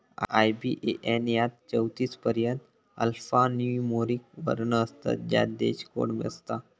IBAN यात चौतीस पर्यंत अल्फान्यूमोरिक वर्ण असतत ज्यात देश कोड असता